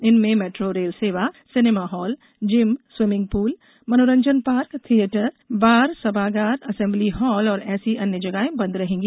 इनमें metro rail सेवा cinema hall gym swimming pool मनोरंजन पार्क थिएटर बार सभागार असेम्बली हॉल और ऐसी अन्य जगहें बंद रहेंगी